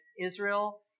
Israel